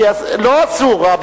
לא אסור.